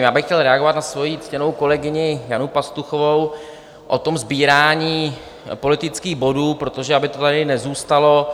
Já bych chtěl reagovat na svoji ctěnou kolegyni Janu Pastuchovou o sbírání politických bodů, protože aby to tady nezůstalo.